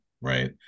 right